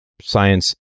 science